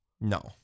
No